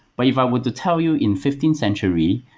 but if i were to tell you in fifteenth century,